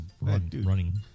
running